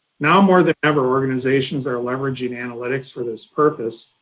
now more than ever, organizations are leveraging analytics for this purpose.